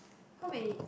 how many